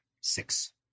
Six